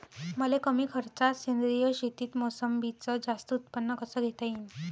मले कमी खर्चात सेंद्रीय शेतीत मोसंबीचं जास्त उत्पन्न कस घेता येईन?